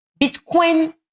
Bitcoin